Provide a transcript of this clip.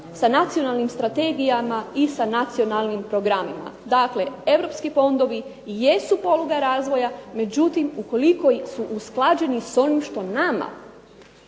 sa nacionalnim strategijama i programima. Dakle, Europski fondovi jesu poluga razvoja međutim ukoliko su usklađeni sa onim što nama